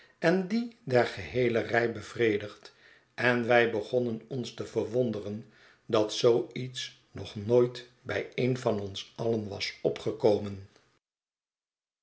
en die der geheele rij bevredigd en wij begonnen ons te verwonderen dat zoo iets nog nooit by een van ons alien was opgekomen